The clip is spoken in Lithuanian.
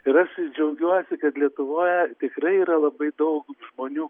ir aš džiaugiuosi kad lietuvoje tikrai yra labai daug žmonių